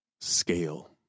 scale